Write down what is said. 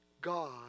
God